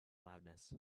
loudness